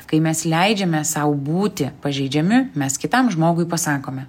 kai mes leidžiame sau būti pažeidžiami mes kitam žmogui pasakome